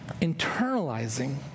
internalizing